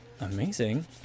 Amazing